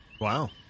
Wow